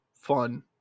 fun